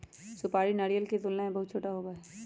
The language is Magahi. सुपारी नारियल के तुलना में बहुत छोटा होबा हई